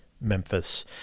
memphis